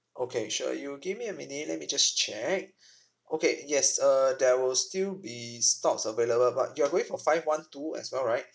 okay sure you give me a minute let me just check okay yes uh there will still be stocks available but you are going for five one two as well right